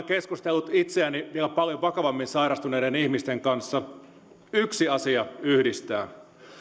keskustellut itseäni vielä paljon vakavammin sairastuneiden ihmisten kanssa yksi asia yhdistää